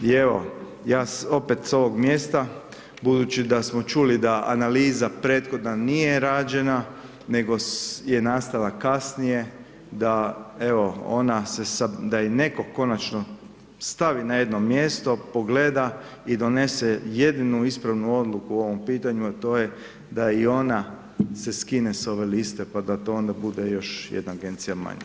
I evo, ja opet s ovog mjesta, budući da smo čuli da analiza prethodna nije rađena nego je nastala kasnije, da evo, ona, da je netko konačno stavi na jedno mjesto, pogleda i donese jedinu ispravnu odluku po ovom pitanju, a to je da i ona se skine s ove liste pa da to onda bude još jedna agencija manje.